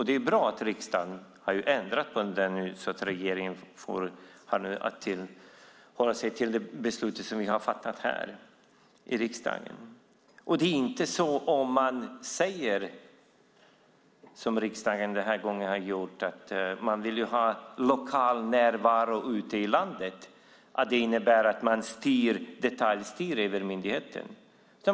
Det är bra att riksdagen har ändrat på det så att regeringen nu har att hålla sig till det beslut som vi fattat i riksdagen. Om man, som riksdagen den här gången har gjort, säger att man vill ha lokal närvaro ute i landet innebär det inte att man vill detaljstyra myndigheten.